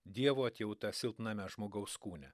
dievo atjauta silpname žmogaus kūne